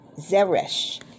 Zeresh